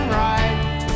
right